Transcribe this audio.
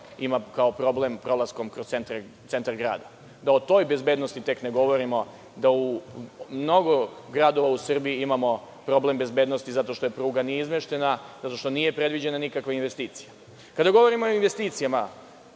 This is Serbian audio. ima kao problem prolaskom kroz centar grada. Da o toj bezbednosti tek ne govorimo, da u mnogo gradova u Srbiji imamo problem bezbednosti zato što pruga nije izmeštena, zato što nije predviđena nikakva investicija. Kada govorimo o investicijama,